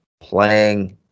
playing –